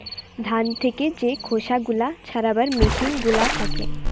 ধান থেকে যে খোসা গুলা ছাড়াবার মেসিন গুলা থাকে